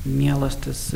mielas tas